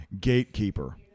Gatekeeper